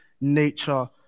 nature